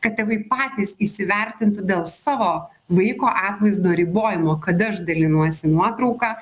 kad tėvai patys įsivertintų dėl savo vaiko atvaizdo ribojimo kad aš dalinuosi nuotrauka